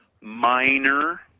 minor